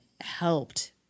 helped